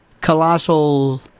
colossal